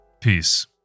Peace